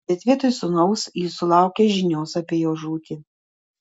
bet vietoj sūnaus ji sulaukė žinios apie jo žūtį